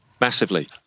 Massively